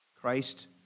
Christ